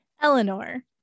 Eleanor